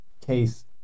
case